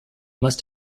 must